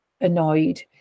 annoyed